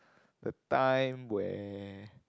the time where